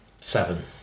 seven